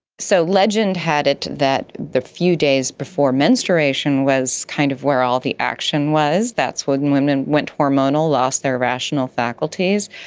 so legend had it that the few days before menstruation was kind of where are all the action was, that's when women went hormonal, lost their rational faculties.